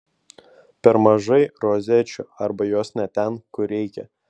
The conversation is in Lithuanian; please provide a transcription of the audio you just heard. per mažai rozečių arba jos ne ten kur reikia